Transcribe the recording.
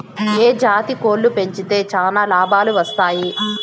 ఏ జాతి కోళ్లు పెంచితే చానా లాభాలు వస్తాయి?